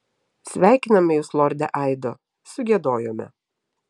sveikiname jus lorde aido sugiedojome